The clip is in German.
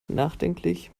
nachdenklich